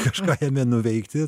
kažką jame nuveikti